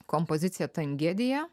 kompozicija tangedija